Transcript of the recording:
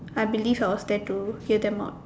I believe I was there to hear them out